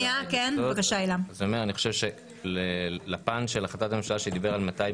אני חושב שלפן של החלטת הממשלה שדיבר על מתי,